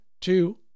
two